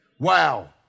Wow